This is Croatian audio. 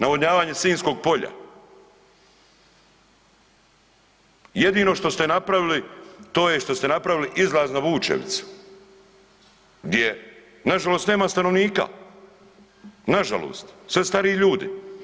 Navodnjavanje Sinjskog polja, jedino što ste napravili, to je što ste napravili izlaz na Lučevicu di nažalost nema stanovnika, nažalost, sve stariji ljudi.